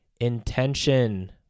intention